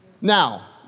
Now